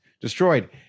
destroyed